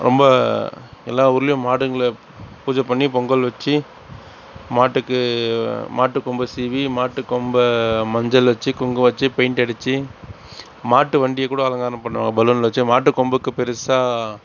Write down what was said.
ரொம்ப எல்லா ஊருலேயும் மாடுங்களை பூஜை பண்ணி பொங்கல் வச்சு மாட்டுக்கு மாட்டுக்கொம்பை சீவி மாட்டுக்கொம்பை மஞ்சள் வச்சு குங்குமம் வச்சு பெயிண்ட் அடிச்சு மாட்டுவண்டியை கூட அலங்காரம் பண்ணுவாங்க பலூனில் வச்சு மாட்டுக்கொம்புக்கு பெருசாக